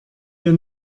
wir